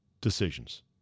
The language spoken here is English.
decisions